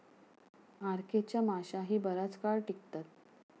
RK च्या माश्याही बराच काळ टिकतात